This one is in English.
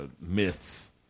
myths